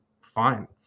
fine